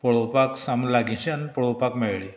पळोवपाक सामकेंं लागींच्यान पळोवपाक मेळ्ळीं